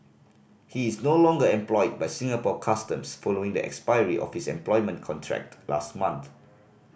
he is no longer employed by Singapore Customs following the expiry of his employment contract last month